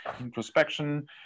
introspection